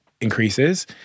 increases